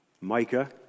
Micah